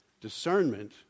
Discernment